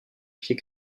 pied